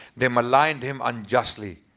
they maligned him unjustly.